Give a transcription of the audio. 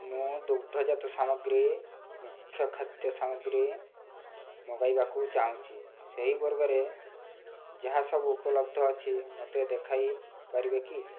ମୁଁ ଦୁଗ୍ଧଜାତ ସାମଗ୍ରୀ ମୁଖ୍ୟ ଖାଦ୍ୟ ସାମଗ୍ରୀ ମଗାଇବାକୁ ଚାହୁଁଛି ସେହି ବର୍ଗରେ ଯାହା ସବୁ ଉପଲବ୍ଧ ଅଛି ମୋତେ ଦେଖାଇପାରିବେ କି